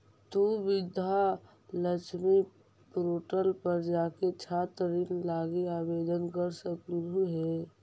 तु विद्या लक्ष्मी पोर्टल पर जाके छात्र ऋण लागी आवेदन कर सकलहुं हे